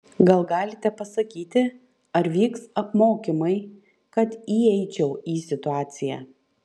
gal galite pasakyti ar vyks apmokymai kad įeičiau į situaciją